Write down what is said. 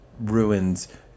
ruins